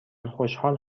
خوشحال